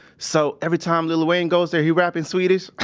so every time lil wayne goes there, he rap in swedish?